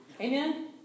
Amen